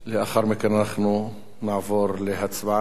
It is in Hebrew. לאחר מכן אנחנו נעבור להצבעה,